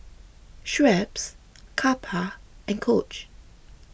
Schweppes Kappa and Coach